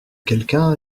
quelqu’un